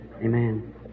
Amen